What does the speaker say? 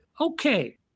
okay